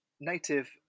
native